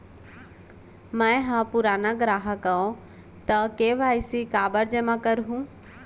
मैं ह पुराना ग्राहक हव त के.वाई.सी काबर जेमा करहुं?